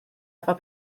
efo